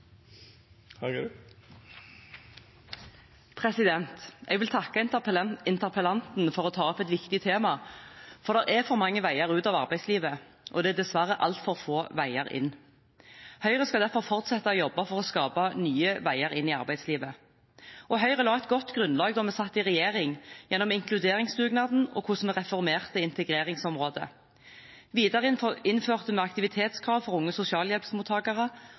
Hallingdal. Eg håpar ho tek turen. Jeg vil takke interpellanten for å ta opp et viktig tema, for det er for mange veier ut av arbeidslivet, og det er dessverre altfor få veier inn. Høyre skal derfor fortsette å jobbe for å skape nye veier inn i arbeidslivet. Høyre la et godt grunnlag da vi satt i regjering, gjennom inkluderingsdugnaden og hvordan vi reformerte integreringsområdet. Videre innførte vi aktivitetskrav for unge